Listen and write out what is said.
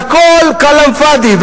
והכול כלאם פאד'י.